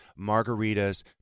margaritas